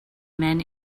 men